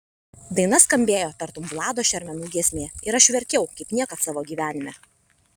daina skambėjo tartum vlado šermenų giesmė ir aš verkiau kaip niekad savo gyvenime